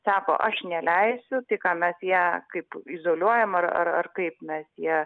sako aš neleisiu tai ką mes ją kaip izoliuojam ar ar ar kaip mes ją